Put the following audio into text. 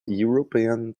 european